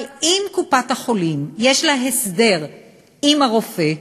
אבל אם לקופת-החולים יש הסדר עם הרופא,